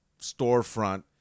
storefront